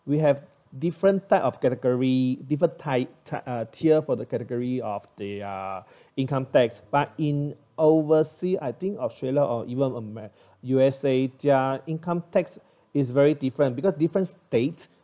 we have different type of category different type t~ uh tier for the category of the uh income tax but in oversea I think australia or even americ~ U_S_A their income tax is very different because different states